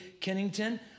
Kennington